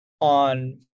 on